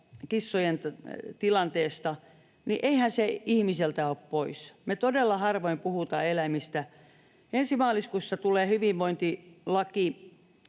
kissojen tilanteesta, niin eihän se ihmiseltä ole pois. Me todella harvoin puhutaan eläimistä. Ensi maaliskuussa tulee hyvinvointilaki